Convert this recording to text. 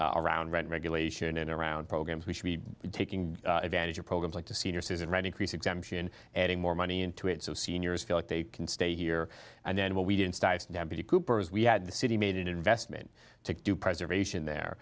state around regulation and around programs we should be taking advantage of programs like to senior citizen right increase exemption adding more money into it so seniors feel like they can stay here and then what we did cooper is we had the city made an investment to do preservation there